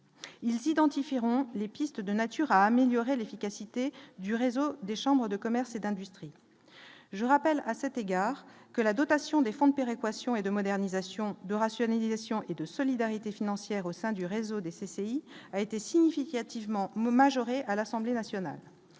ils identifieront les pistes de nature à améliorer l'efficacité du réseau des chambres de commerce et d'industrie, je rappelle à cet égard que la dotation des fonds de péréquation et de modernisation de rationalisation et de solidarité financière au sein du réseau des CCI a été significativement majoré à l'Assemblée nationale,